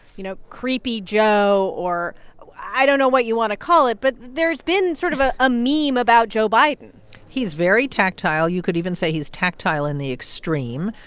you know, creepy joe or i don't know what you want to call it, but there's been sort of a ah meme about joe biden he's very tactile. you could even say he's tactile in the extreme.